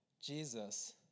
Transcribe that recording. Jesus